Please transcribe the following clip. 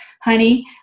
honey